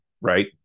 right